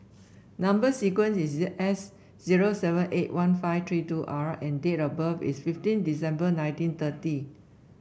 number sequence is S zero seven eight one five three two R and date of birth is fifteen December nineteen thirty